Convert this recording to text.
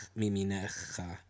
miminecha